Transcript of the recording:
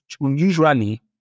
usually